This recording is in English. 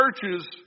churches